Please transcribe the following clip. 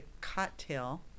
cocktail